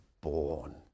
born